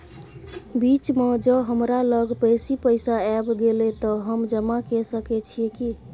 बीच म ज हमरा लग बेसी पैसा ऐब गेले त हम जमा के सके छिए की?